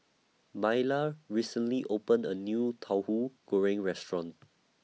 Myla recently opened A New Tauhu Goreng Restaurant